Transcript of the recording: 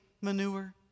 manure